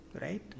Right